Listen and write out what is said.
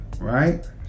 right